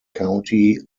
county